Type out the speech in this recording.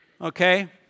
Okay